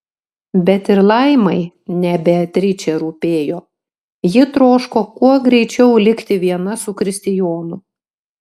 bet ir laimai ne beatričė rūpėjo ji troško kuo greičiau likti viena su kristijonu